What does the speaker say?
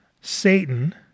Satan